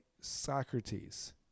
Socrates